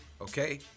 okay